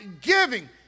giving